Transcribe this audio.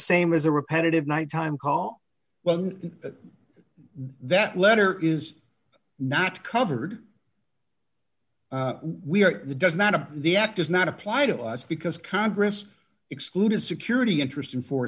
same as a repetitive nighttime call when that letter is not covered we are the does not of the act does not apply to us because congress excluded security interest in